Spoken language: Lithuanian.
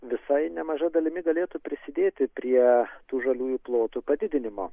visai nemaža dalimi galėtų prisidėti prie tų žaliųjų plotų padidinimo